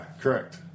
Correct